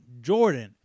Jordan